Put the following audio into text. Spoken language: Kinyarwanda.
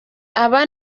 aba